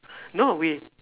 no we